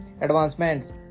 advancements